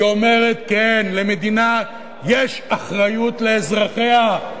היא אומרת: כן, למדינה יש אחריות לאזרחיה.